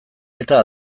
eta